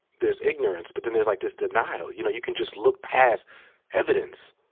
there's ignorance but then there's like this denial, you know, you can just look past evidence.